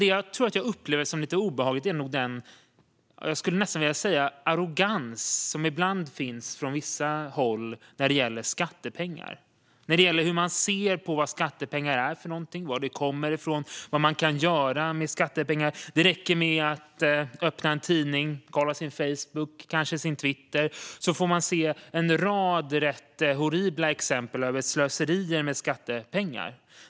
Det som jag upplever som lite obehagligt är den arrogans som ibland finns på vissa håll när det gäller skattepengar och hur man ser på vad skattepengar är, var de kommer från och vad man kan göra med dem. Det räcker att öppna en tidning eller kolla på Facebook och kanske Twitter för att se en rad ganska horribla exempel på slöseri med skattepengar.